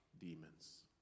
demons